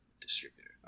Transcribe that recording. Distributor